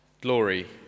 Glory